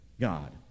God